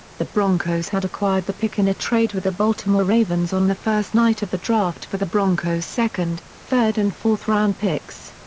the broncos had acquired the pick in a trade with the baltimore ravens on the first night of the draft for the broncos' second, third and fourth round picks.